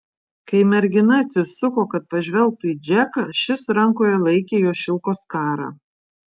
kai mergina atsisuko kad pažvelgtų į džeką šis rankoje laikė jos šilko skarą